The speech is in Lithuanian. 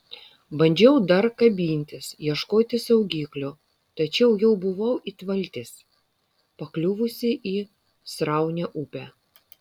bandžiau dar kabintis ieškoti saugiklių tačiau jau buvau it valtis pakliuvusi į sraunią upę